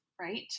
right